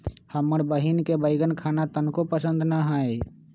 हमर बहिन के बईगन खाना तनको पसंद न हई